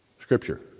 Scripture